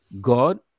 God